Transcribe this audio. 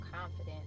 confident